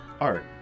Art